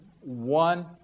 one